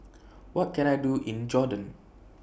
What Can I Do in Jordan